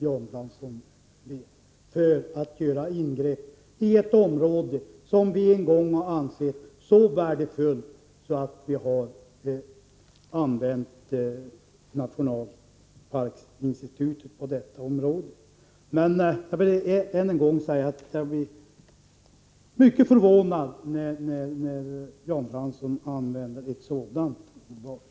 Det är fråga om att göra ingrepp i ett område som vi en gång har ansett vara så värdefullt att vi där har använt nationalparksinstitutet. Jag vill än en gång säga att jag blir mycket förvånad över att Jan Fransson använder ett sådant ordval.